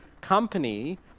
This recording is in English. company